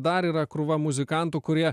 dar yra krūva muzikantų kurie